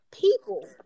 people